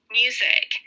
music